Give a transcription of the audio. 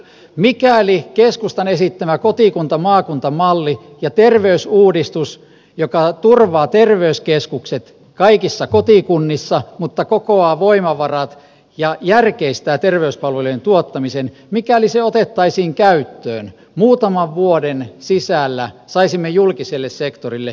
mikäli keskustan esittämä kotikuntamaakunta malli ja terveysuudistus jo ka turvaa terveyskeskukset kaikissa kotikunnissa mutta kokoaa voimavarat ja järkeistää terveyspalvelujen tuottamisen otettaisiin käyttöön muutaman vuoden sisällä saisimme julkiselle sektorille miljardisäästöjä